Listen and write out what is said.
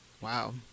wow